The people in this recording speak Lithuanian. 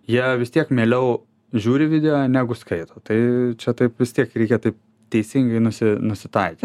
jie vis tiek mieliau žiūri video negu skaito tai čia taip vis tiek reikia taip teisingai nusi nusitaikyt